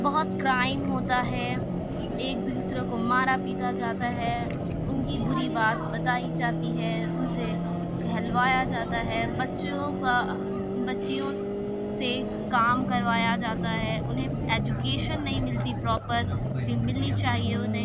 بہت کرائم ہوتا ہے ایک دوسروں کو مارا پیٹا جاتا ہے ان کی بری بات بتائی جاتی ہے ان سے کہلوایا جاتا ہے بچیوں کا بچیوں سے کام کروایا جاتا ہے انہیں ایجوکیشن نہیں ملتی پراپر جیسی ملنی چاہیے انہیں